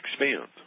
expand